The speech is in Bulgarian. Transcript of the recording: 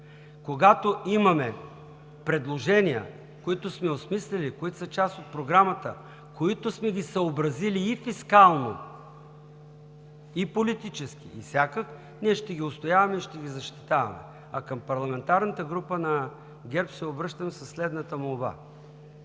Когато имаме предложения, които сме осмислили, които са част от Програмата, които сме ги съобразили и фискално, и политически, и сякак, ние ще ги отстояваме и ще ги защитаваме. А към парламентарната група на ГЕРБ се обръщам със следната молба: